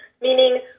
meaning